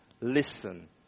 listen